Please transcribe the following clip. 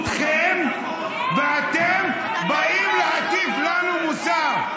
בזכותכם, ואתם באים להטיף לנו מוסר.